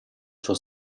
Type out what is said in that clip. sua